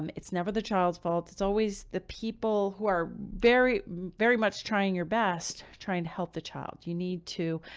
um it's never the child's fault. it's always the people who are very, very much trying your best, trying to help the child. you need to,